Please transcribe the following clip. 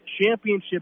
Championship